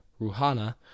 Ruhana